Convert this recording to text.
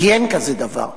כי אין כזה דבר.